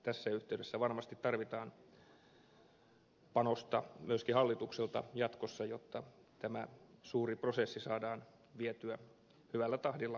tässä yhteydessä varmasti tarvitaan panosta myöskin hallitukselta jatkossa jotta tämä suuri prosessi saadaan vietyä hyvällä tahdilla eteenpäin